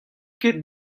ket